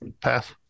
pass